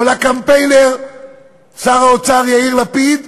או לקמפיינר שר האוצר יאיר לפיד,